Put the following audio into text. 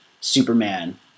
Superman